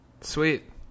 Sweet